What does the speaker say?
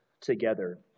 together